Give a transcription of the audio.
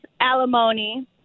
alimony